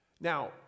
Now